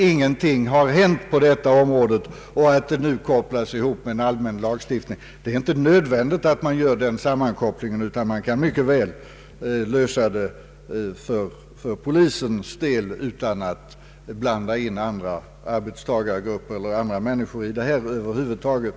Ingenting har hänt på detta område, och nu kopplas ärendet ihop med en allmän lagstiftning. Det är inte nödvändigt att man gör den sammankopplingen, utan man kan mycket väl lösa problemet för polisens del utan att blanda in andra arbetstagargrupper eller andra människor över huvud taget.